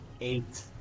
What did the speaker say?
Eight